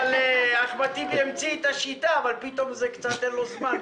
אחמד טיבי המציא את השיטה אבל פתאום אין לו זמן.